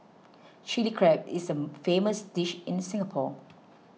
Chilli Crab is a famous dish in Singapore